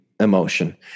Emotion